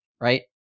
right